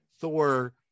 thor